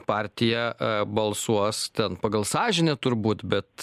partija balsuos ten pagal sąžinę turbūt bet